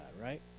right